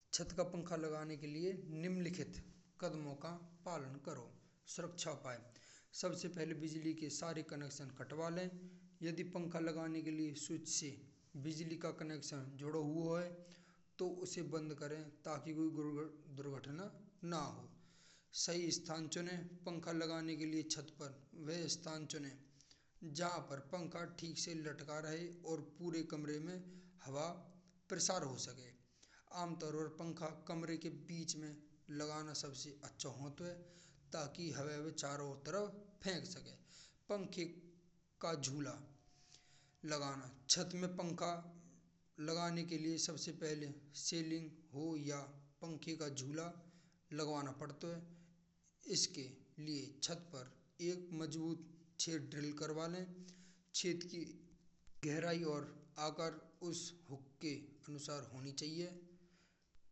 छत्त का पंखा लगाने के लिए निम्नलिखित नियमों का पालन करो। सुरक्षा और उपाय: सबसे पहले बिजली के सारे कनेक्शन कटवा लें। यदि पंखा लगाने के लिए स्विच से बिजली का कनेक्शन जुड़ा हुआ है। तो उसे बंद करें। ताकि कोई दुर्घटना न हो। सही स्थान चुनें, पंखा लगाने के लिए छत्त पर वह स्थान चुनें। जहाँ पर पंखा ठीक से लटका रहे और कमरे में हवा प्रसार हो सके। आम तौर पर पंखा कमरे के बीच में लगाना सबसे अच्छा होता है। ताकि हवा भी चारों तरफ फेक सके। पंखे का झूला लगाना। छत्त में पंखा लगाने के लिए सबसे पहले सिलींग या पंखे का झूला लगवाना पड़ता है। इसके लिए छत्त पर एक मजबूत ड्रिल करवा लें। छेद की गहराई और आकार उसके अनुसार होना चाहिये।